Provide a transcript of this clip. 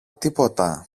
τίποτα